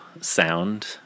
sound